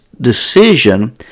decision